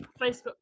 Facebook